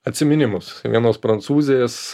atsiminimus vienos prancūzės